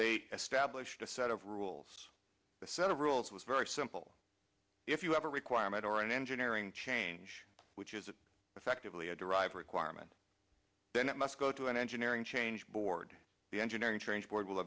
they established a set of rules the set of rules was very simple if you have a requirement or an engineering change which is effectively a derived requirement then it must go through an engineering change board the engineering change board will